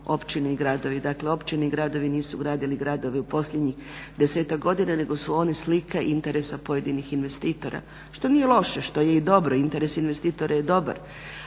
općine i gradovi. Dakle općine i gradovi nisu gradili gradove u posljednjih 10-tak godina nego su oni slika interesa pojedinih investitora što nije loše, što je i dobro, interes investitora je dobar,